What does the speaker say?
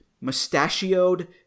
mustachioed